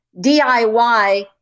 DIY